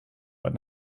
but